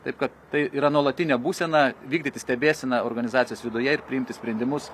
taip kad tai yra nuolatinė būsena vykdyti stebėseną organizacijos viduje ir priimti sprendimus